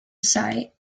sight